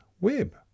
web